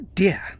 dear